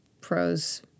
pros